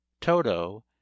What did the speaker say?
Toto